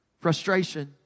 frustration